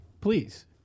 Please